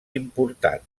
important